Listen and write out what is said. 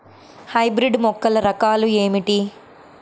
Hybrid మొక్కల రకాలు ఏమిటి?